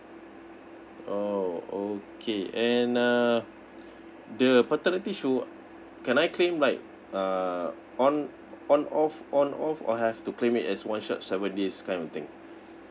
oh okay and uh did the paternity should can I claim like uh on on off on off or have to claim it as one shot seven days kind of thing